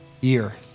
year